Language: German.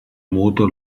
motor